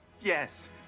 Yes